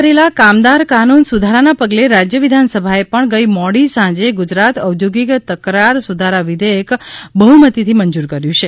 સંસદે પસાર કરેલા કામદાર કાનૂન સુધારાના પગલે રાજ્ય વિધાનસભાએ પણ ગઇ મોડી સાંજે ગુજરાત ઔદ્યોગિક તકરાર સુધારા વિધેયક બહ્મતીથી મંજૂર કર્યું છે